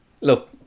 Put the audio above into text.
look